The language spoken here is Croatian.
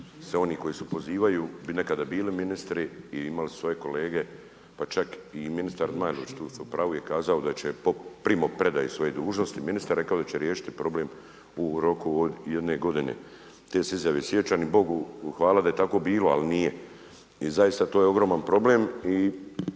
oni koji se pozivaju bi nekada bili ministri i imali su svoje kolege pa čak i ministar Zmajlović, tu ste u pravu je kazao da će po primopredaji svoje dužnosti ministra rekao da će riješiti problem u roku od jedne godine. Te se izjave sjećam i Bogu hvala da je tako bilo ali nije. I zaista to je ogroman problem